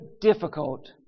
difficult